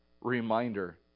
reminder